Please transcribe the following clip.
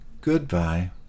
Goodbye